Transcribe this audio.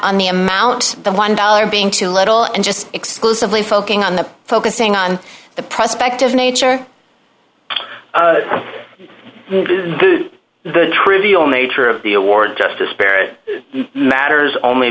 on the amount the one dollar being too little and just exclusively focusing on the focusing on the prospect of nature the trivial nature of the award just disparate matters only